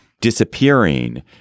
disappearing